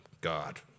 God